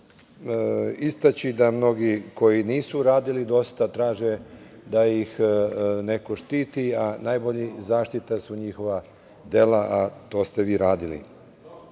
istaći da mnogi koji nisu radili dosta traže da ih neko štiti, a najbolja zaštita su njihova dela, a to ste vi radili. Pre